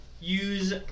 use